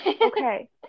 okay